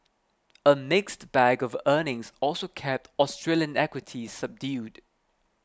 a mixed bag of earnings also kept Australian equities subdued